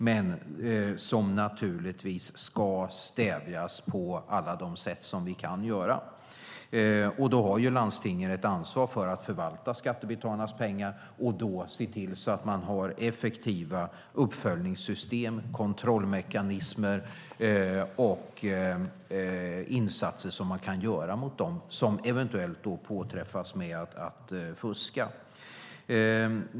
Det ska naturligtvis stävjas på alla sätt som det går. Landstingen har ett ansvar att förvalta skattebetalarnas pengar och se till att man har effektiva uppföljningssystem, kontrollmekanismer och insatser mot dem som eventuellt påträffas med att fuska.